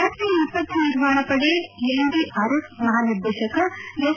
ರಾಷ್ಷೀಯ ವಿಪತ್ತು ನಿರ್ವಹಣಾ ಪಡೆ ಎನ್ಡಿಆರ್ಎಫ್ ಮಹಾನಿರ್ದೇಶಕ ಎಸ್